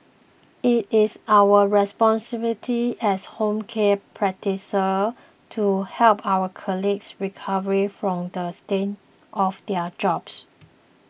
it is our responsibility as home care practitioners to help our colleagues recover from the stain of their jobs